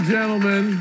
gentlemen